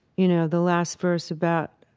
you know, the last verse about